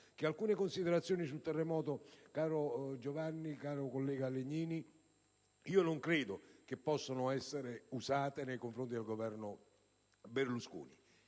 ma alcune considerazioni sul terremoto, caro collega Legnini, non credo possono essere usate nei confronti del Governo Berlusconi.